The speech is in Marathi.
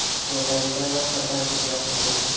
रोटावेटरवर सरकार किती ऑफर देतं?